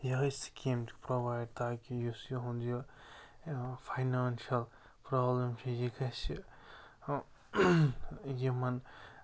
یِہوٚے سِکیٖم تہِ پرٛووایڈ تاکہِ یُس یِہُنٛد یہِ فاینانشل پرٛابلِم چھِ یہِ گَژھِ یِمن